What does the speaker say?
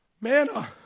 manna